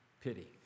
pity